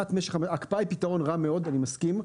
ההקפאה היא פתרון רע מאוד, אני מסכים.